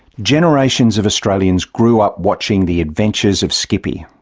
generations of australians grew up watching the adventures of skippy,